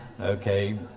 Okay